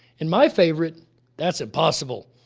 and my favorite that's impossible.